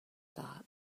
thought